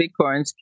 Bitcoins